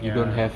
ya